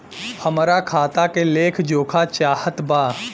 हमरा खाता के लेख जोखा चाहत बा?